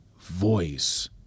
voice